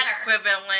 equivalent